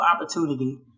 opportunity